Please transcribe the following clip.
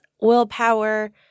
willpower